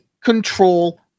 control